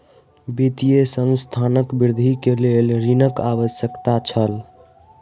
वित्तीय संस्थानक वृद्धि के लेल ऋणक आवश्यकता छल